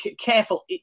careful